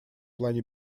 плане